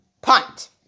Punt